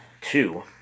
two